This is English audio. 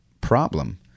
problem